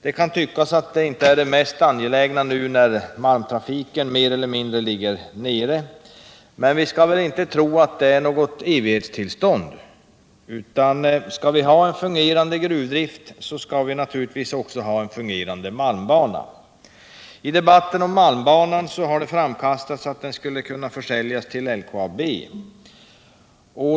Det kan tyckas att det inte är det mest angelägna just nu, när malmtrafiken mer eller mindre ligger nere, men vi skall inte tro att det är något evigt tillstånd. Skall vi ha en fungerande gruvdrift, skall vi naturligtvis också ha en fungerande malmbana. I debatten om malmbanan har framkastats att den skulle kunna försäljas till LKAB.